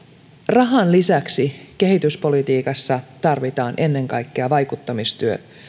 rahan lisäksi kehityspolitiikassa tarvitaan ennen kaikkea vaikuttamistyötä